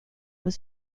was